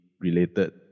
related